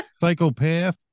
Psychopath